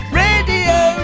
radio